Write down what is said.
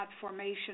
formation